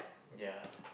ya